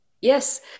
Yes